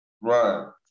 Right